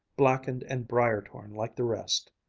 blackened and briar-torn like the rest.